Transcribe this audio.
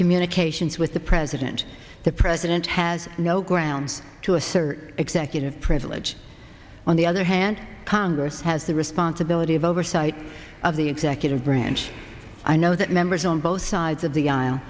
communications with the president the president has no grounds to assert executive privilege on the other hand congress has the responsibility of oversight of the executive branch i know that members on both sides of the